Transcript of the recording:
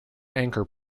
anchor